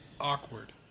awkward